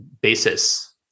basis